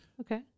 Okay